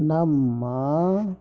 ನಮ್ಮ